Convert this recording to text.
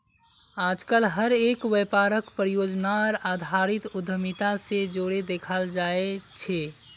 आजकल हर एक व्यापारक परियोजनार आधारित उद्यमिता से जोडे देखाल जाये छे